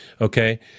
Okay